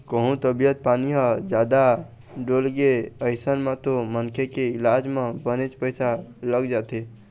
कहूँ तबीयत पानी ह जादा डोलगे अइसन म तो मनखे के इलाज म बनेच पइसा लग जाथे